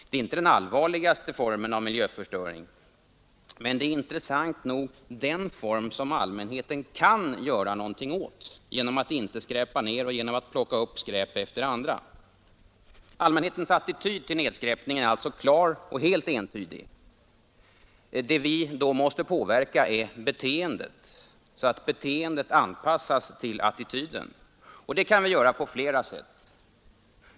Det är inte den allvarligaste formen av miljöförstöring, men det är intressant nog den form som allmänheten kan göra något åt — genom att inte skräpa ner och genom att plocka upp skräp efter andra. Allmänhetens attityd till nedskräpning är alltså klar och helt entydig. Det vi då måste påverka är beteendet, så att beteendet anpassas till attityden. Det kan vi göra på flera sätt.